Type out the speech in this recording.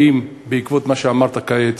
האם בעקבות מה שאמרת כעת,